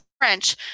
French